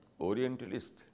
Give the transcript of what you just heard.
orientalist